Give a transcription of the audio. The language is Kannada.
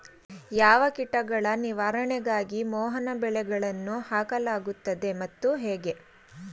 ಯಾವ ಕೀಟಗಳ ನಿವಾರಣೆಗಾಗಿ ಮೋಹನ ಬಲೆಗಳನ್ನು ಹಾಕಲಾಗುತ್ತದೆ ಮತ್ತು ಹೇಗೆ?